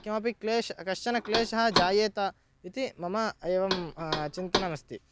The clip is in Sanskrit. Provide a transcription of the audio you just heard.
किमपि क्लेशः कश्चन क्लेशः जायेत इति मम एवं चिन्तनमस्ति